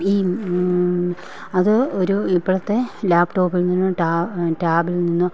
ഈ അത് ഒരു ഇപ്പോഴത്തെ ലാപ്ടോപ്പിൽ നിന്നും ടാബിൽ നിന്നും